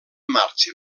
marxa